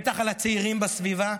בטח על הצעירים בסביבה,